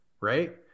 right